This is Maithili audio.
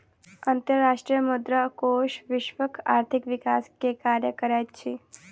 अंतर्राष्ट्रीय मुद्रा कोष वैश्विक आर्थिक विकास के कार्य करैत अछि